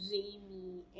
Jamie